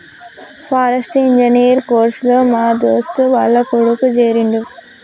forestry engineer course లో మా దోస్తు వాళ్ల కొడుకు చేరిండు